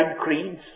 creeds